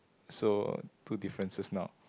so two differences now